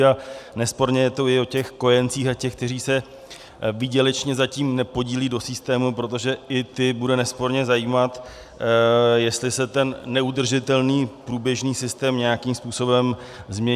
A nesporně je to i o těch kojencích a těch, kteří se výdělečně zatím nepodílejí do systému, protože i ty bude nesporně zajímat, jestli se ten neudržitelný průběžný systém nějakým způsobem změní.